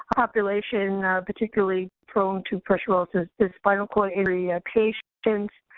population particularly prone to pressure ulcers is spinal cord injury ah patients.